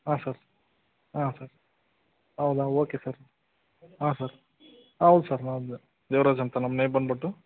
ಹಾಂ ಸರ್ ಹಾಂ ಸರ್ ಹೌದಾ ಓಕೆ ಸರ್ ಹಾಂ ಸರ್ ಹೌದು ಸರ್ ಹೌದು ದೇವರಾಜ್ ಅಂತ ನಮ್ಮ ನೇಮ್ ಬಂದುಬಿಟ್ಟು